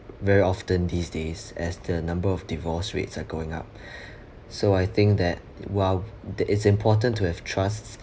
very often these days as the number of divorce rates are going up so I think that while the it's important to have trusts